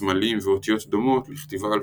סמלים ואותיות דומות לכתיבה אלפביתית.